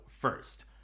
first